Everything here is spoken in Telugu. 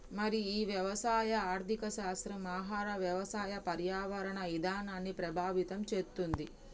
మరి ఈ వ్యవసాయ ఆర్థిక శాస్త్రం ఆహార వ్యవసాయ పర్యావరణ ఇధానాన్ని ప్రభావితం చేతుంది